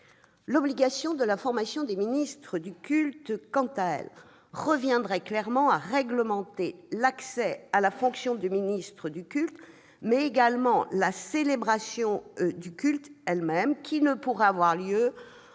l'obligation de la formation des ministres du culte reviendrait à réglementer l'accès à la fonction de ministre du culte, mais également la célébration du culte elle-même, qui ne pourrait pas avoir lieu en